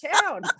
town